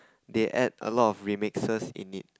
they add a lot of remixes in it